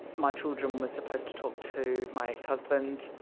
my children were supposed to talk to my ex husband,